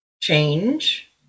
change